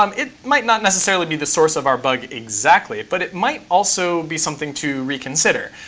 um it might not necessarily be the source of our bug exactly, but it might also be something to reconsider,